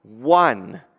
one